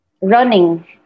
running